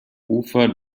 ufer